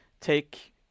Take